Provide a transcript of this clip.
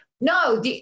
No